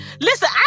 listen